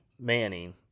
Manning